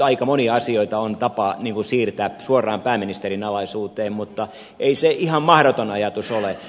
aika monia asioita on tapa siirtää suoraan pääministerin alaisuuteen mutta ei se ihan mahdoton ajatus ole